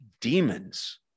demons